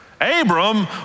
Abram